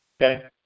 Okay